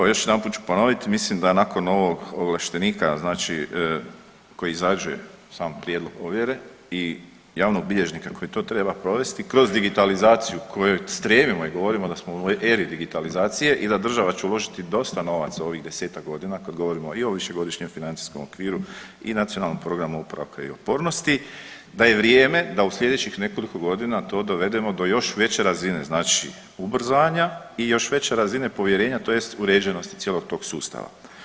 Evo još jedanput ću ponoviti, mislim da nakon ovog ovlaštenika, znači koji izađe sam prijedlog ovjere i javnog bilježnika koji to treba provesti kroz digitalizaciju kojoj stremimo i govorimo da smo u euri digitalizacije i da država će uložiti dosta novaca u ovih desetak godina kad govorimo i o višegodišnjem financijskom okviru i Nacionalnom programu oporavka i otpornosti, da je vrijeme da u sljedećih nekoliko godina to dovedemo do još veće razine, znači ubrzanja i još veće razine povjerenja, tj. uređenosti cijelog tog sustava.